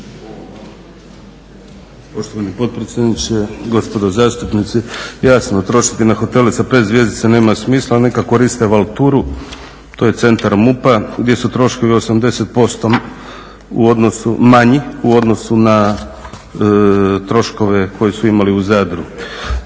Poštovani potpredsjedniče, gospodo zastupnici jasno trošiti na hotele sa 5 zvjezdica nema smisla, neka koriste Valturu, to je centar MUP-a gdje su troškovi 80% manji u odnosu na troškove koje su imali u Zadru.